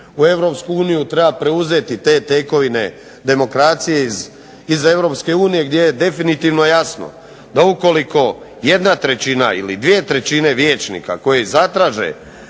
u EU treba preuzeti te tekovine demokracije iz EU gdje je definitivno jasno, da ukoliko 1/3 ili 2/3 vijećnika koji zatraže